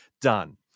Done